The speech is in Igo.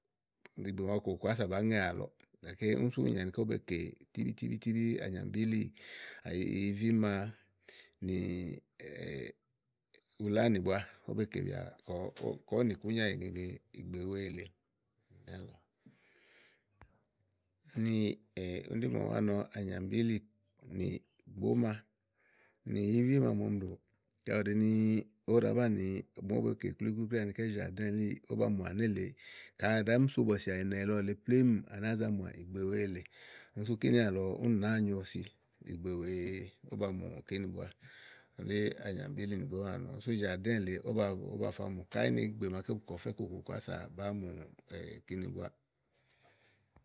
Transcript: li ìgbè lɔ kɔ kɔ ása bàá ŋe álɔ gàké úni sú úni nyì ani ówó be kè tíbí tíbí tíbí yìíví ma nì ulánì búá ówó be kèbìà kɔ kɔ kɔ ówò nìkúnyà ŋeŋe ìgbè wèe le úni, úni ɖí màa ɔmi wá mɔ, ànyàmbílí nì gbòóma nì yìívíma màa ɔmi ɖò ka ù ɖi ni ígbɔ ówò ɖàá banìi ígbɔ ówó be kè klúíklúí klúí anikɛ́ zãrdɛ̃ɛ̃ elíì ówó ba mùà nélèe. Ka à ɖàá mi so bɔ̀sìà ìnɛ lɔ lèe plémúù, à nàáa za mùà ìgbè wèe lèe úni sú kínì àlɔ únì nàáa nyo si ìgbè wèe ówó ba mù kéni búá úni ɖí ànyàmbílì nì gbòóma àni sú zàrɖɛ̃ɛ̃ lèe ówó ba mù ówó ba fà mù káyí ni ìgbè màaké bu kè ɔfɛ́ kòkòkò ása bàáa mù kéni búáà.